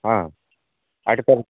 ହଁ ଆଠ ପରେ